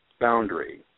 boundary